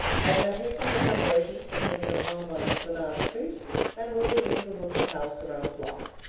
edna hastened her preparations for quitting her home on esplanade street and moving into the little house around the block.